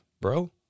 bro